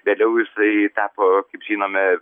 vėliau jisai tapo kaip žinome